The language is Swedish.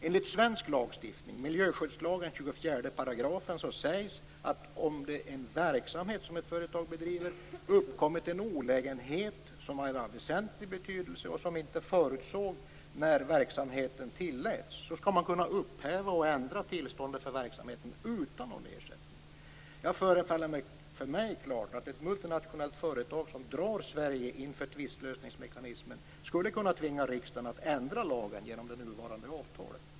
Enligt svensk lagstiftning, miljöskyddslagen 24 §, sägs att om en verksamhet som ett företag bedriver ger upphov till en olägenhet som är av väsentlig betydelse och som inte förutsågs när verksamheten tilläts, skall man kunna upphäva och ändra tillståndet för verksamheten utan någon ersättning. Det förfaller för mig klart att ett multinationellt företag som drar Sverige inför tvistlösningsmekanismen skulle kunna tvinga riksdagen att ändra lagen genom det nuvarande avtalet.